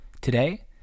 Today